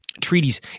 treaties